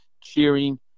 cheering